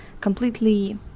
completely